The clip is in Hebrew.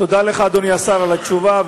תודה לך, אדוני השר, על התשובה.